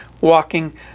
walking